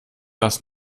das